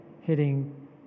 hitting